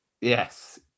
Yes